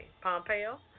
Pompeo